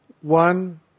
one